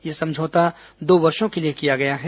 यह समझौता दो वर्षों के लिए किया गया है